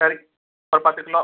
சரி ஒரு பத்து கிலோ